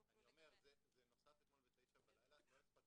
שימו לב שזה יום התחילה ולא יום הפרסום